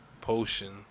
potion